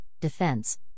defense